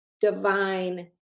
divine